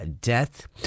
death